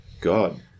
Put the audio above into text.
God